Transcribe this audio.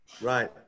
Right